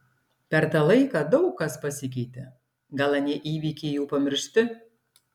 per tą laiką daug kas pasikeitė gal anie įvykiai jau pamiršti